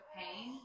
pain